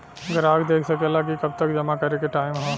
ग्राहक देख सकेला कि कब तक जमा करे के टाइम हौ